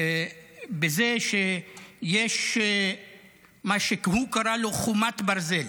בזה שיש מה שהוא קרא לו "חומת ברזל",